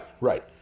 right